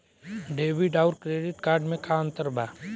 Debit आउर credit card मे का अंतर बा?